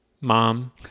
Mom